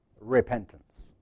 Repentance